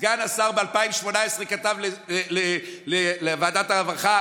סגן השר ב-2018 כתב לוועדת הרווחה,